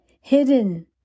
hidden